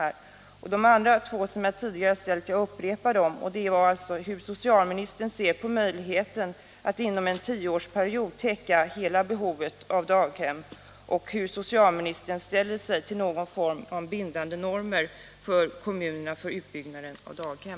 Jag upprepar de två tidigare frågor jag ställt: Hur ser socialministern på möjligheten att inom en tioårsperiod täcka hela behovet av daghem?